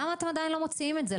למה אתם עדיין לא מוציאים את זה?